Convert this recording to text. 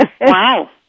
Wow